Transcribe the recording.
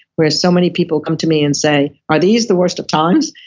where so many people come to me and say, are these the worst of times?